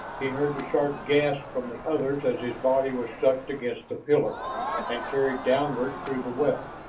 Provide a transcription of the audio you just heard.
he heard the sharp gasp from the others as his body was sucked against the pillar and carried downward through the well.